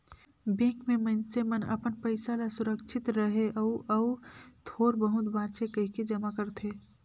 bank में मइनसे मन अपन पइसा ल सुरक्छित रहें अउ अउ थोर बहुत बांचे कहिके जमा करथे